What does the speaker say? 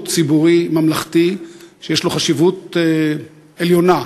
היא שירות ציבורי ממלכתי שיש לו חשיבות עליונה,